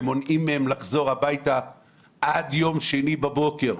ומונעים מהם לחזור הביתה עד יום שני בבוקר.